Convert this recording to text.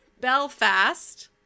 Belfast